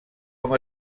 com